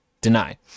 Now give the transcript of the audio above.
deny